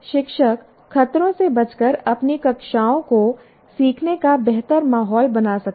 शिक्षक खतरों से बचकर अपनी कक्षाओं को सीखने का बेहतर माहौल बना सकते हैं